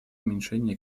уменьшения